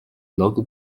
local